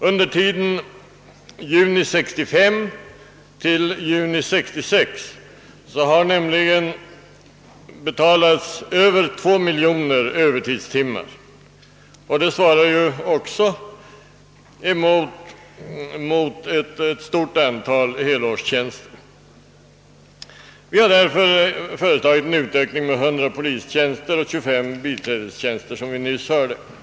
Under tiden juli 1965—juni 1966 har det nämligen utbetalats ersättning för över 2 miljoner övertidstimmar. Det svarar också mot ett stort antal helårstjänster. Vi har därför föreslagit en utökning med 100 polistjänster och 25 biträdestjänster, som vi nyss hörde.